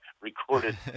recorded